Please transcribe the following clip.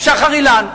שחר אילן.